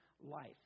life